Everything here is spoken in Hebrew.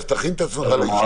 אז תכין את עצמך לישיבה הבאה.